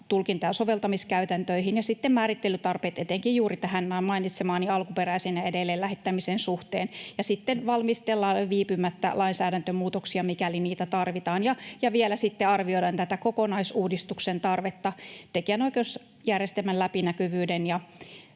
tulkinta- ja soveltamiskäytäntöihin ja sitten määrittelytarpeet etenkin juuri mainitsemani alkuperäisen ja edelleenlähettämisen suhteen. Ja sitten valmistellaan viipymättä lainsäädäntömuutoksia, mikäli niitä tarvitaan, ja vielä sitten arvioidaan tätä kokonaisuudistuksen tarvetta tekijänoikeusjärjestelmän läpinäkyvyyden